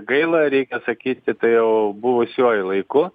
gaila reikia sakyti turėjau buvusiuoju laiku